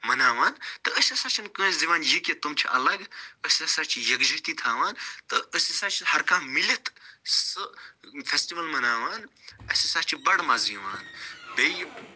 مناوان تہٕ أسۍ ہسا چھِنہٕ کانٛسہِ دِوان یہِ کہِ تِم چھِ اَلگ أسۍ ہسا چھِ یَکجہتی تھاوان تہٕ أسۍ ہسا چھِ ہر کانٛہہ میٖلِتھ سُہ فیٚسٹِوَل مناوان اسہِ ہسا چھُ بَڑٕ مَزٕ یِوان بیٚیہِ